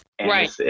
Right